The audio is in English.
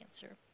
cancer